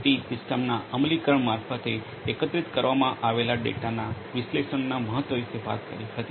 T સિસ્ટમના અમલીકરણ મારફતે એકત્રિત કરવામાં આવેલા ડેટાના વિશ્લેષણના મહત્ત્વ વિશે વાત કરી હતી